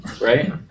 right